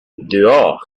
dehors